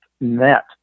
net